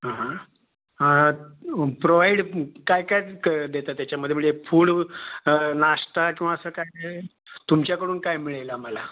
हां हां आं प्रोवाईड काय काय क देता त्याच्यामध्ये म्हणजे फूड व नाश्ता किंवा असं काय ते तुमच्याकडून काय मिळेल आम्हाला